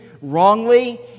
wrongly